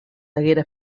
haguera